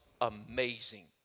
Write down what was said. amazing